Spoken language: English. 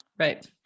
Right